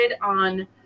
on